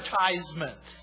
advertisements